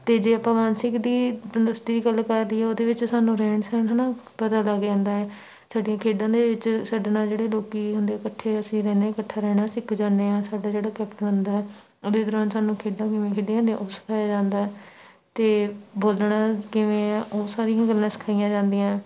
ਅਤੇ ਜੇ ਆਪਾਂ ਮਾਨਸਿਕ ਦੀ ਤੰਦਰੁਸਤੀ ਦੀ ਗੱਲ ਕਰ ਲਈਏ ਉਹਦੇ ਵਿੱਚ ਸਾਨੂੰ ਰਹਿਣ ਸਹਿਣ ਹੈ ਨਾ ਪਤਾ ਲੱਗ ਜਾਂਦਾ ਹੈ ਸਾਡੀਆਂ ਖੇਡਾਂ ਦੇ ਵਿੱਚ ਸਾਡੇ ਨਾਲ ਜਿਹੜੇ ਲੋਕ ਹੁੰਦੇ ਇਕੱਠੇ ਅਸੀਂ ਰਹਿੰਦੇ ਇਕੱਠੇ ਰਹਿਣਾ ਸਿੱਖ ਜਾਦੇ ਹਾਂ ਸਾਡਾ ਜਿਹੜਾ ਕੈਪਟਨ ਹੁੰਦਾ ਹੈ ਉਹਦੇ ਦੌਰਾਨ ਸਾਨੂੰ ਖੇਡਾਂ ਕਿਵੇਂ ਖੇਡੀਆਂ ਜਾਂਦੀਆਂ ਉਹ ਸਿਖਾਇਆ ਜਾਂਦਾ ਅਤੇ ਬੋਲਣਾ ਕਿਵੇਂ ਹੈ ਉਹ ਸਾਰੀਆਂ ਗੱਲਾਂ ਸਿਖਾਈਆਂ ਜਾਂਦੀਆਂ